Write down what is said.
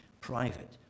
private